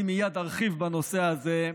אני מייד ארחיב בנושא הזה,